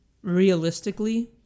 realistically